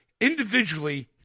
individually